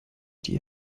die